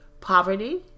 poverty